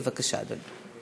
בבקשה, אדוני.